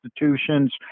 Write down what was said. institutions